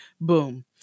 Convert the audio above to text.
boom